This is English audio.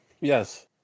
Yes